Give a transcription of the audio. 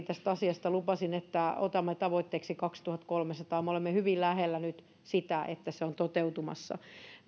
tästä asiasta lupasin että otamme tavoitteeksi kaksituhattakolmesataa me olemme hyvin lähellä nyt sitä että se on toteutumassa